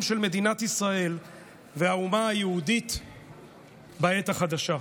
של מדינת ישראל והאומה היהודית בעת החדשה.